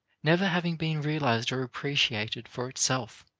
never having been realized or appreciated for itself,